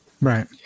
Right